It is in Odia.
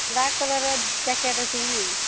ବ୍ଲାକ୍ କଲର୍ର ଜ୍ୟାକେଟ୍ ଅଛି କି ନାଇଁ